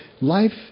life